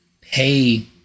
pay